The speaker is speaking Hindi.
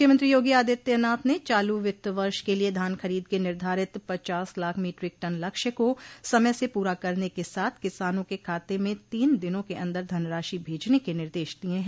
मुख्यमंत्री योगी आदित्यनाथ ने चालू वित्त वर्ष के लिये धान खरीद के निर्धारित पचास लाख मीट्रिक टन लक्ष्य को समय से पूरा करने के साथ किसानों के खाते में तीन दिनों के अन्दर धनराशि भेजने के निर्देश दिये हैं